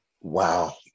Wow